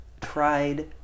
tried